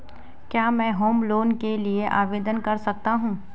क्या मैं home loan के लिए आवेदन कर सकता हूं?